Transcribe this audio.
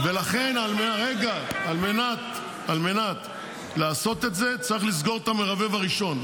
לכן ------- לכן על מנת לעשות את זה צריך לסגור את המרבב הראשון.